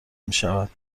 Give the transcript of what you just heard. میشود